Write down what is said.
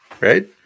Right